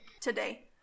today